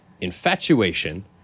Infatuation